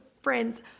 friends